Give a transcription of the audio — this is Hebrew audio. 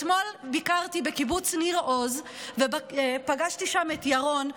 אתמול ביקרתי בקיבוץ ניר עוז ופגשתי שם את ירון,